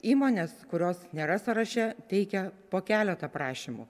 įmonės kurios nėra sąraše teikia po keletą prašymų